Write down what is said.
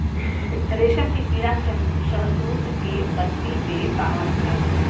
रेशम के कीड़ा शहतूत के पत्ती पे होला